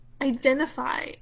identify